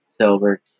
Silver